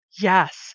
Yes